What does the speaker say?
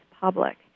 public